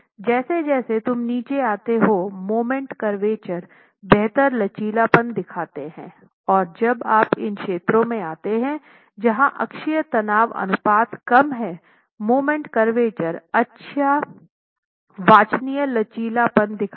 जैसे जैसे तुम नीचे आते हो मोमेंट करवेचर बेहतर लचीलापन दिखाते हैं और जब आप इन क्षेत्रों में आते हैं जहाँ अक्षीय तनाव अनुपात कम है मोमेंट करवेचर अच्छा वांछनीय लचीलापन दिखाएगा